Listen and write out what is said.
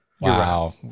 Wow